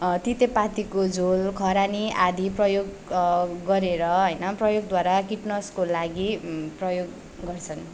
तितेपातीको झोल खरानी आदि प्रयोग गरेर होइन प्रयोगद्वारा किट नाशको लागि प्रयोग गर्छन्